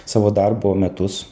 savo darbo metus